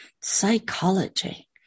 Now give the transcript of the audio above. psychology